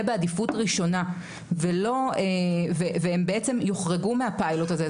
בעדיפות ראשונה והם בעצם יוחרגו מהפיילוט הזה.